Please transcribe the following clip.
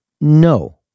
no